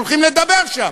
הולכים לדבר שם.